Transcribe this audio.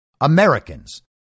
Americans